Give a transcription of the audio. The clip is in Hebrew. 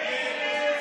כהצעת